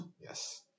Yes